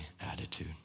attitude